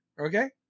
Okay